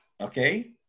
Okay